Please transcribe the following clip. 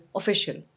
official